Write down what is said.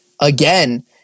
again